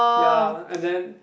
ya and then